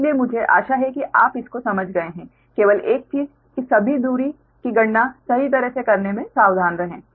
इसलिए मुझे आशा है कि आप इस को समझ गए हैं केवल एक चीज कि सभी दूरी की गणना सही तरह से करने मे सावधान रहें